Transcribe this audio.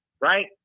right